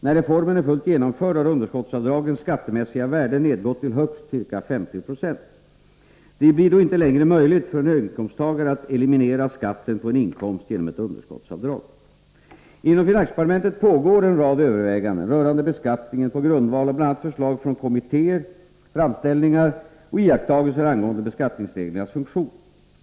När reformen är fullt genomförd har underskottsavdragens skattemässiga värde nedgått till högst ca 50 20. Det blir då inte längre möjligt för en höginkomsttagare att eliminera skatten på en inkomst genom ett underskottsavdrag. Inom finansdepartementet pågår en rad överväganden rörande beskattningen på grundval av bl.a. förslag från kommittéer, framställningar och iakttagelser angående beskattningsreglernas funktion.